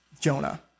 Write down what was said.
Jonah